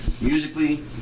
musically